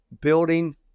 building